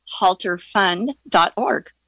halterfund.org